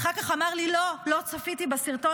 אחר כך אמר לי, לא, לא צפיתי בסרטון.